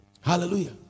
Hallelujah